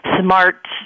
smart